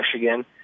Michigan